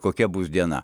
kokia bus diena